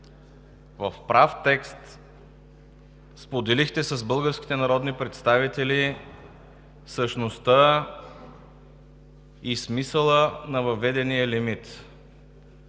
в прав текст споделихте с българските народни представители същността и смисъла на въведения лимит.